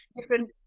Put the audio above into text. different